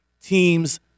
teams